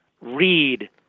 Read